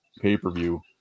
pay-per-view